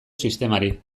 sistemari